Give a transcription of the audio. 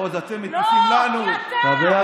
ועוד אתם מטיפים לנו, לא, אתה, אתה.